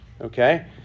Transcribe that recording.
Okay